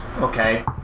Okay